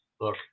look